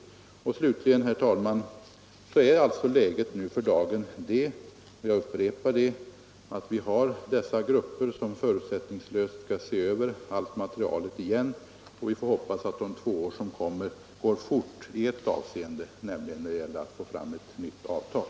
Slutligen, herr talman, vill jag upprepa att läget för dagen är att de grupperna förutsättningslöst skall se över allt material igen. Vi får hoppas att de två kommande åren går fort åtminstone i ett avseende, nämligen när det gäller att få fram ett nytt avtal.